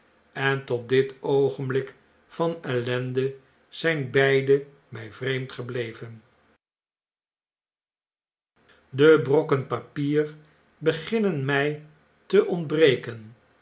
en tot dit oogenblik van ellende zjjn beide mjj vreemd gebleven de brokken papier beginnen mjj teontbreken